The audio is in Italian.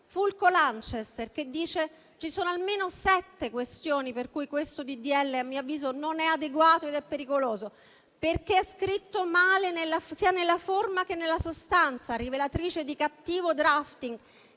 Fulco Lanchester, dice che ci sono almeno sette questioni per cui questo disegno di legge a suo avviso non è adeguato ed è pericoloso: perché è scritto male sia nella forma, sia nella sostanza, rivelatrice di cattivo *drafting,*